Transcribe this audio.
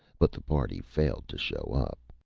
but the party failed to show up.